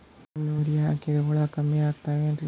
Neem urea ಹಾಕದ್ರ ಹುಳ ಕಮ್ಮಿ ಆಗತಾವೇನರಿ?